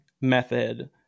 method